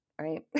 right